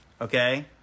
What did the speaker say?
okay